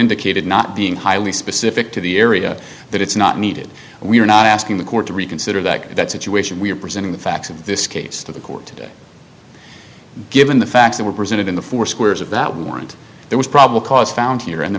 indicated not being highly specific to the area that it's not needed we are not asking the court to reconsider that that situation we are presenting the facts of this case to the court today given the facts that were presented in the four squares of that warrant there was probable cause found here in the